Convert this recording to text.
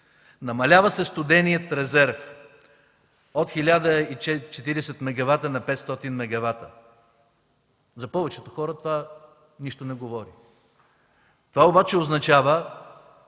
Намалява се студеният резерв от 1040 мегавата на 500 мегавата. За повечето хора това не говори нищо. То обаче означава